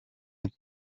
neza